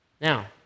Now